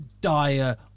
dire